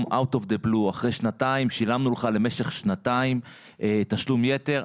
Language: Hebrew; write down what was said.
אחרי שנתיים ששילמו לו למשך שנתיים תשלום יתר,